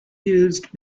used